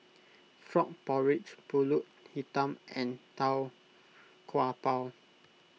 Frog Porridge Pulut Hitam and Tau Kwa Pau